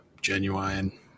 genuine